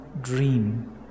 dream